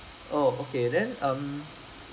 oh okay then um